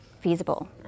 feasible